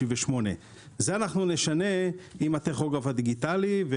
168. את זה אנחנו נשנה עם הטכוגרף הדיגיטלי.